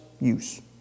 use